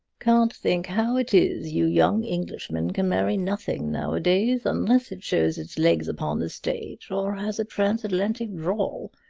can't think how it is you young englishmen can marry nothing, nowadays, unless it shows its legs upon the stage or has a transatlantic drawl.